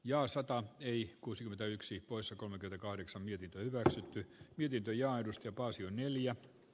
jo sotaa ei kuusikymmentäyksi poissa kolme kahdeksan ja ymmärsi tyyppilintuja aidosti paasion mieliä